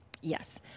Yes